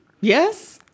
Yes